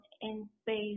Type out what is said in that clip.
in-space